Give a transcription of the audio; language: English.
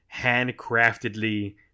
handcraftedly